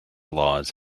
laws